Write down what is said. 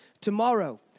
tomorrow